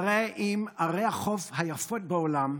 מתחרה עם ערי החוף היפות בעולם,